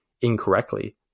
incorrectly